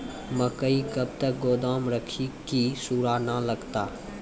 मकई कब तक गोदाम राखि की सूड़ा न लगता?